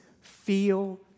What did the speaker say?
feel